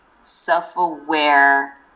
self-aware